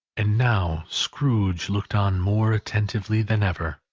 and now scrooge looked on more attentively than ever,